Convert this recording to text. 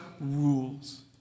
rules